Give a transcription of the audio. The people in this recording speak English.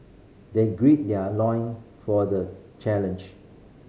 they gird their loin for the challenge